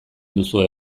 duzue